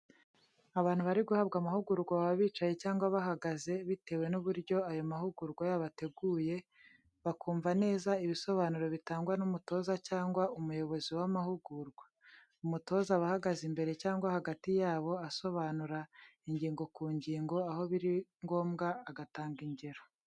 Abantu bari guhabwa amahugurwa baba bicaye cyangwa bahagaze, bitewe n'uburyo ayo mahugurwa yabo ateguye, bakumva neza ibisobanuro bitangwa n'umutoza cyangwa umuyobozi w'amahugurwa. Umutoza aba ahagaze imbere cyangwa hagati yabo, asobanura ingingo ku ngingo, aho biri ngombwa agatanga ingero.